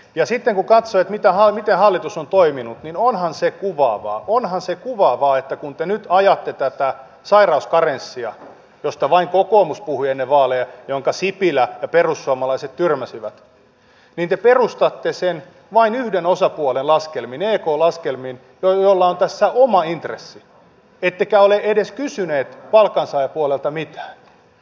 ja sitten kun katsoo että miten hallitus on toiminut niin onhan se kuvaavaa onhan se kuvaavaa että kun te nyt ajatte tätä sairauskarenssia josta vain kokoomus puhui ennen vaaleja jonka sipilä ja perussuomalaiset tyrmäsivät niin te perustatte sen vain yhden osapuolen laskelmiin ek laskelmiin joilla on tässä oma intressi ettekä ole edes kysyneet palkansaajapuolelta mitään